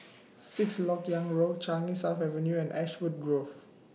Sixth Lok Yang Road Changi South Avenue and Ashwood Grove